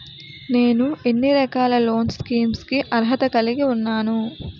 నేను ఎన్ని రకాల లోన్ స్కీమ్స్ కి అర్హత కలిగి ఉన్నాను?